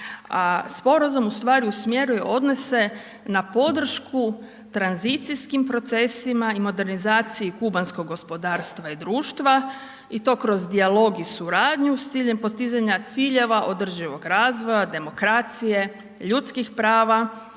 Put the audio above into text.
ustvari usmjeruje odnose na podršku tranzicijskim procesima i modernizaciji kubanskog gospodarstva i društva i to kroz dijalog i suradnju s ciljem postizanja ciljeva održivog razvoja, demokracije, ljudskih prava